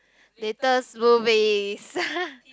latest movies